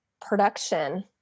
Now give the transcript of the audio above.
production